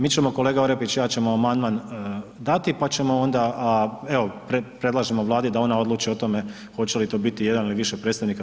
Mi ćemo, kolega Orepić i ja ćemo amandman dati, pa ćemo onda a, evo predlažemo Vladi da ona odluči o tome hoće li to biti jedan ili više predstavnika.